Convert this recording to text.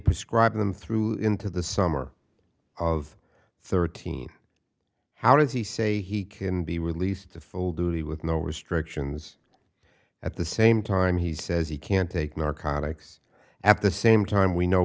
prescribed them through into the summer of thirteen how does he say he can be released to full duty with no restrictions at the same time he says he can't take narcotics at the same time we know